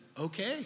okay